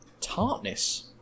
tartness